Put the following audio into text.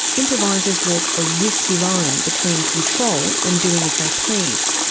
improvisers walk a risky line between control and doing as they please.